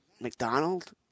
McDonald